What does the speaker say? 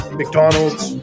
McDonald's